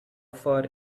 far